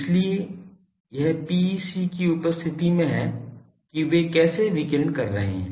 इसलिए यह PEC की उपस्थिति में है कि वे कैसे विकीर्ण कर रहे हैं